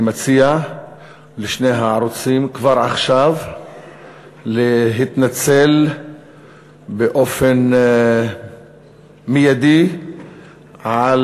אני מציע לשני הערוצים כבר עכשיו להתנצל באופן מיידי על